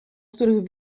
których